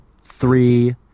three